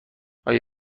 آیا